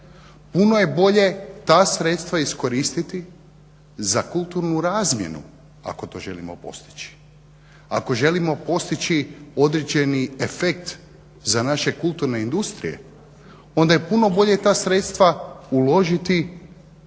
Puno je bolje ta sredstva iskoristiti za kulturnu razmjenu ako to želimo postići, ako želimo postići određeni efekt za naše kulturne industrije, onda je puno bolje ta sredstva uložiti